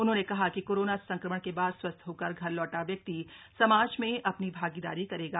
उन्होंने कहा कि कोरोना संक्रमण के बाद स्वस्थ होकर घर लौटा व्यक्ति समाज में अपनी भागीदारी करेगा